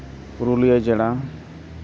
ᱯᱩᱨᱩᱞᱤᱭᱟᱹ ᱡᱮᱞᱟ